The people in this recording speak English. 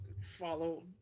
follow